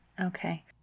Okay